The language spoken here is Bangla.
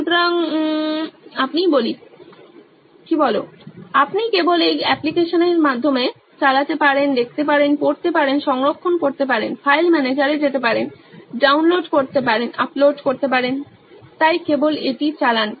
সুতরাং আপনি কেবল এই অ্যাপ্লিকেশনের মাধ্যমে চালাতে পারেন দেখতে পারেন পড়তে পারেন সংরক্ষণ করতে পারেন ফাইল ম্যানেজারে যেতে পারেন ডাউনলোড করতে পারেন আপলোড করতে পারেন তাই কেবল এটি চালান